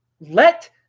let